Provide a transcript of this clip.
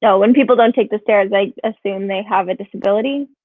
yeah when people don't take the stairs, i assume they have a disability.